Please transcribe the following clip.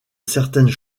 certaines